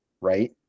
right